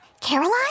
Caroline